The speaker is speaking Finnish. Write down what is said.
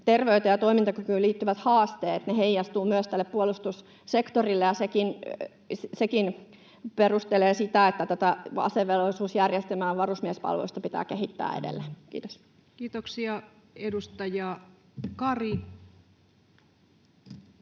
terveyteen ja toimintakykyyn liittyvät haasteet heijastuvat myös tälle puolustussektorille, ja sekin perustelee sitä, että tätä asevelvollisuusjärjestelmää, varusmiespalvelusta, pitää kehittää edelleen. — Kiitos. Kiitoksia. — Edustaja Kari.